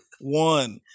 One